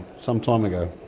some time ago.